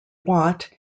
watt